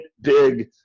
big